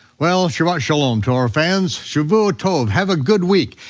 well, shabbat shalom to our fans, shavua tov, have a good week.